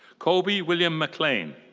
colby william maclean.